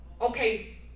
Okay